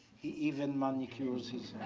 he even manicures his